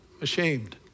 ashamed